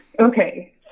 Okay